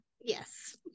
Yes